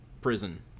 prison